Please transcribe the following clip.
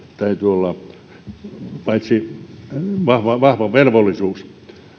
täytyy olla vahva velvollisuus